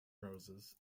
roses